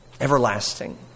Everlasting